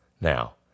Now